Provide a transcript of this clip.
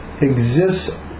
exists